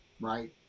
right